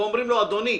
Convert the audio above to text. ואומרים לו: אדוני,